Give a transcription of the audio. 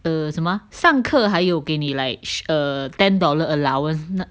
err 什么上课还有给你 like err ten dollar allowance